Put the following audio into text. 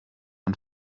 und